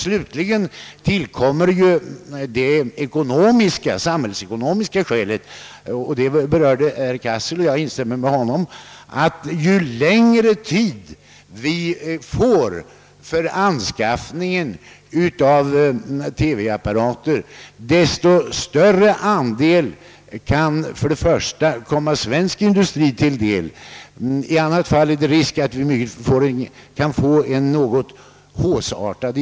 Därtill kommer den samhällsekonomiska synpunkten — det berördes av herr Cassel och jag instämmer med honom — att ju längre tid vi får på oss för anskaffning av apparater för färg TV, desto större andel av denna marknad kan då falla på svensk industri; i motsatt fall föreligger risk för en kanske hausseartad import av TV-apparater.